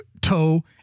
toe